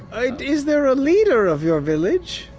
is there a leader of your village?